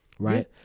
Right